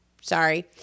Sorry